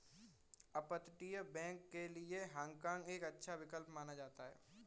अपतटीय बैंक के लिए हाँग काँग एक अच्छा विकल्प माना जाता है